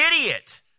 idiot